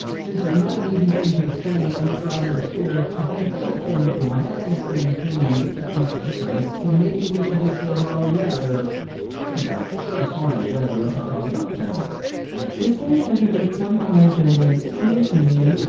since it's not an easy thing to explain and it's rather obscure and it doesn't, in the grand scheme of things, make that much difference, then maybe we should just say, well yeah, you know sure, fine, whatever. let's not talk about gender so terry says that there's one character named antony